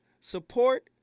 support